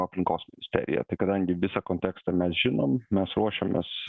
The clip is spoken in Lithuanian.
aplinkos ministerija tai kadangi visą kontekstą mes žinom mes ruošiamės